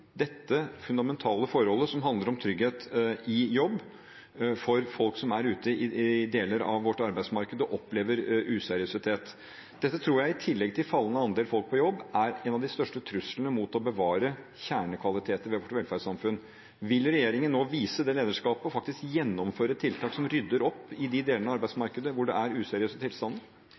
dette fundamentale forholdet som handler om trygghet i jobb for folk som er ute i deler av vårt arbeidsmarked, og som opplever useriøsitet. Dette tror jeg – i tillegg til fallende andel folk i jobb – er en av de største truslene mot å bevare kjernekvaliteter ved vårt velferdssamfunn. Vil regjeringen nå vise det lederskapet og faktisk gjennomføre tiltak som rydder opp i de delene av arbeidsmarkedet hvor det er useriøse tilstander?